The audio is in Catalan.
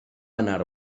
anar